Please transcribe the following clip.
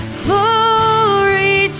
glory